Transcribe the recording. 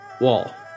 wall